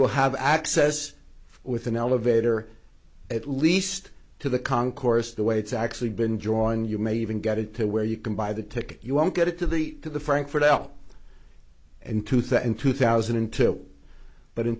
will have access with an elevator at least to the concourse the way it's actually been join you may even get it to where you can buy the ticket you won't get it to the to the frankfurt up in two thousand and two thousand and two but in